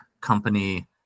company